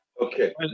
Okay